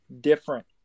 different